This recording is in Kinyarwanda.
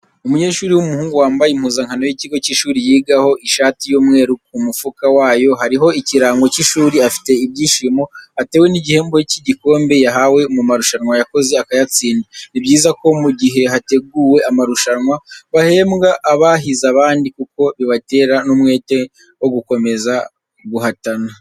Umunyeshuri w'umuhungu wambaye impuzankano y'ikigo cy'ishuri yigaho ishati y'umweru, ku mufuka wayo hariho ikirango cy'ishuri, afite ibyishimo atewe n'igihembo cy'igikombe yahawe mu marushanwa yakoze akayatsinda. Ni byiza ko mu gihe hateguwe amarusanwa hahembwa abahize abandi kuko bibatera n'umwete wo gukomeza guhatana.